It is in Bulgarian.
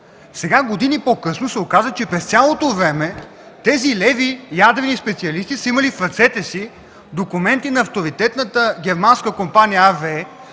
Сега, години по-късно, се оказа, че през цялото време тези леви ядрени специалисти са имали в ръцете си документи на авторитетната германска компания RWE,